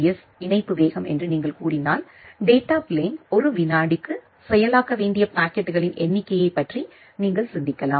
S இணைப்பு வேகம் என்று நீங்கள் கூறினால் டேட்டா பிளேன் ஒரு வினாடிக்கு செயலாக்க வேண்டிய பாக்கெட்டுகளின் எண்ணிக்கையைப் பற்றி நீங்கள் சிந்திக்கலாம்